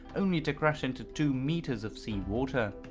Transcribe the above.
only to crash into two metres of seawater.